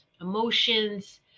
emotions